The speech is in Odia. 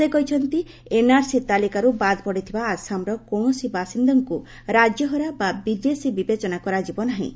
ସେ କହିଛନ୍ତି ଏନ୍ଆର୍ସି ତାଲିକାରୁ ବାଦ୍ ପଡ଼ିଥିବା ଆସାମର କୌଣସି ବାସିନ୍ଦାଙ୍କୁ ରାଜ୍ୟ ହରା ବା ବିଦେଶୀ ବିବେଚନା କରାଯିବ ନାହିଁ